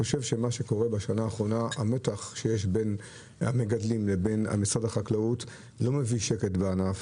בשנה האחרונה המתח בין המגדלים לבין משרד החקלאות לא מביא שקט לענף.